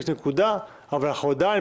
אבל עדיין,